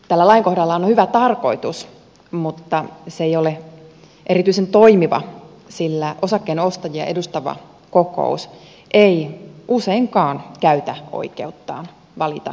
tällä lainkohdalla on hyvä tarkoitus mutta se ei ole erityisen toimiva sillä osakkeenostajia edustava kokous ei useinkaan käytä oikeuttaan valita rakennustyön tarkkailija